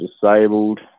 disabled